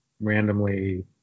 randomly